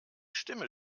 stimme